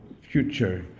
future